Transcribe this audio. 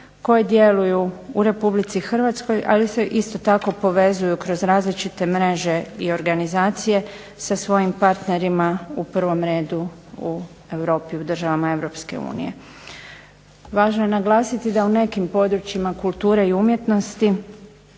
koje djeluju u Republici Hrvatskoj ali se isto tako povezuju kroz različite mreže i organizacije sa svojim partnerima u prvom redu u Europi, u državama Europske unije. Važno je naglasiti da u nekim područjima kulture i umjetnosti